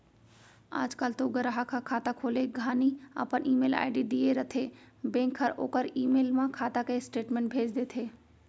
आज काल तो गराहक ह खाता खोले घानी अपन ईमेल आईडी दिए रथें बेंक हर ओकर ईमेल म खाता के स्टेटमेंट भेज देथे